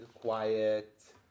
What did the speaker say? quiet